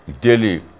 daily